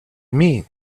mean